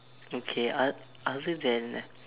okay oth~ other than